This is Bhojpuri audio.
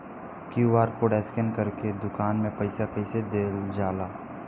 क्यू.आर कोड स्कैन करके दुकान में पईसा कइसे देल जाला?